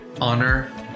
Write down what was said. honor